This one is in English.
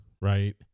Right